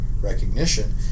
recognition